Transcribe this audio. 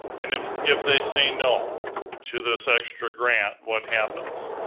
and if if they say no to this extra grant, what happens?